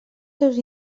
seus